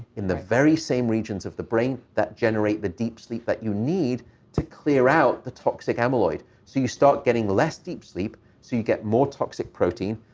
in the very same regions of the brain that generate the deep sleep that you need to clear out the toxic amyloid. so you start getting less deep sleep, so you get more toxic protein,